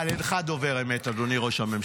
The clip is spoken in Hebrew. אבל אינך דובר אמת, אדוני ראש הממשלה.